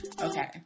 okay